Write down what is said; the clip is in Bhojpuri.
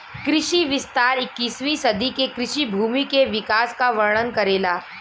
कृषि विस्तार इक्कीसवीं सदी के कृषि भूमि के विकास क वर्णन करेला